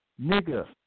Nigga